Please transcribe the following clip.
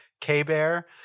K-Bear